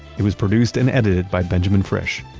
it was produced and edited by benjamin frisch.